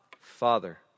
Father